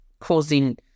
causing